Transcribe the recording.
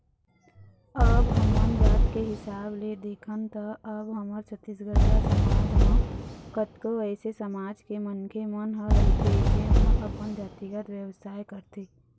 अब हमन जात के हिसाब ले देखन त अब हमर छत्तीसगढ़िया समाज म कतको अइसे समाज के मनखे मन ह रहिथे जेन ह अपन जातिगत बेवसाय करथे